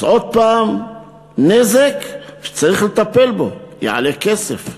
אז עוד פעם נזק שצריך לטפל בו יעלה כסף.